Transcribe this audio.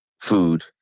food